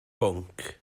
bwnc